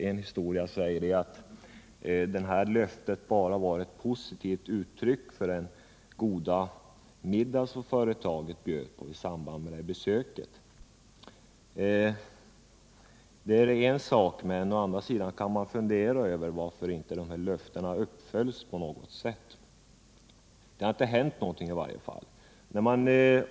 Enligt en av dessa var det här löftet bara ett positivt uttryck för tacksamhet för den goda middag som företaget bjöd på i samband med statsrådets besök. Historier är en sak. Men å andra sidan kan man fundera över varför de här löftena inte följs upp på något sätt. Det har i varje fall inte hänt något.